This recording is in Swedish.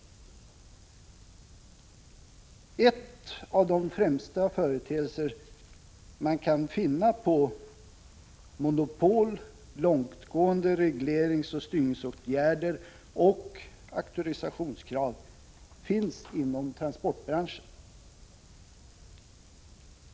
Några av de konkretaste exemplen på monopol, långtgående regleringsoch styrningsåtgärder och auktorisationskrav finner man inom transportbranschen.